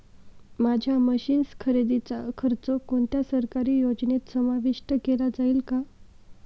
माझ्या मशीन्स खरेदीचा खर्च कोणत्या सरकारी योजनेत समाविष्ट केला जाईल का?